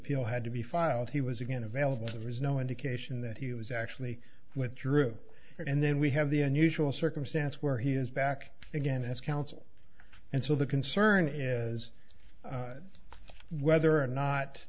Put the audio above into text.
appeal had to be filed he was again available there is no indication that he was actually went through it and then we have the unusual circumstance where he is back again as counsel and so the concern is whether or not